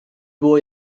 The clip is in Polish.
było